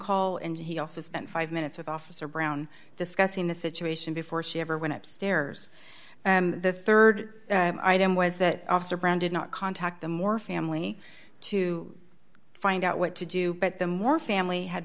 call and he also spent five minutes with officer brown discussing the situation before she ever went upstairs and the rd item was that officer brown did not contact them or family to find out what to do but the more family had